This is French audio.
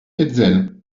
hetzel